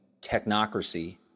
technocracy